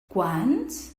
quants